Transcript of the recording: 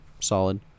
Solid